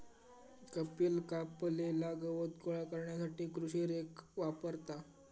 कपिल कापलेला गवत गोळा करण्यासाठी कृषी रेक वापरता